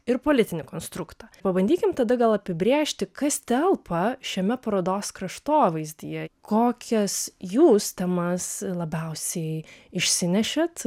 ir politinį konstruktą pabandykim tada gal apibrėžti kas telpa šiame parodos kraštovaizdyje kokias jūs temas labiausiai išsinešėt